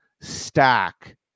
stack